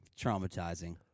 Traumatizing